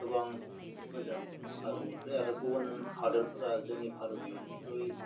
गोबां मोजां भारतनिफ्राय आरो गुबुन हादोरफोरा जोंनि भारतनिख्रुइ